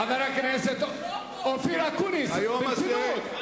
חבר הכנסת אופיר אקוניס, ברצינות.